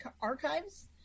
archives